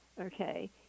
okay